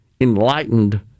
enlightened